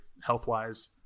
health-wise